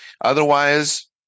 Otherwise